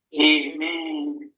Amen